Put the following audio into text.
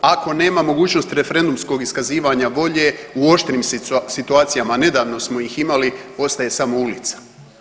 Ako nema mogućnosti referendumskog iskazivanja volje, u oštrim situacijama, nedavno smo ih imali, ostaje samo ulica.